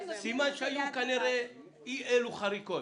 סימן שהיו אי אילו חריקות.